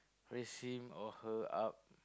raise him or her up